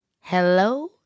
Hello